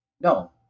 No